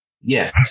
Yes